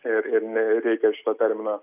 ir ir ne reikia to termino